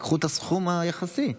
קחו את הסכום היחסי,